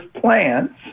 plants